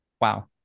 Wow